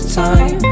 time